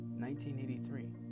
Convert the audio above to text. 1983